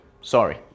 Sorry